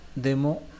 demo